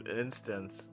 instance